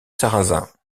sarrazin